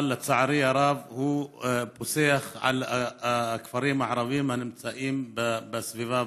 אבל לצערי הרב הוא פוסח על הכפרים הערביים הנמצאים בסביבה,